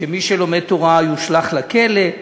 שמי שלומד תורה יושלך לכלא.